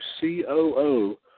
COO